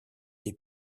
des